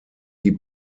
die